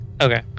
Okay